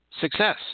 success